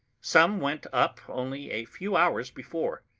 some went up only a few hours before.